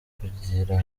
kugira